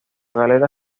galera